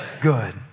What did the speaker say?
good